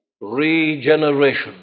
Regeneration